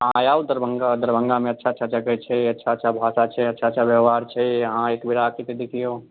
अहाँ आउ दरभङ्गा दरभङ्गामे अच्छा अच्छा जगह छै अच्छा अच्छा भाषा छै अच्छा अच्छा व्यवहार छै अहाँ एक बेर आके तऽ देखिऔ